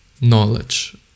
knowledge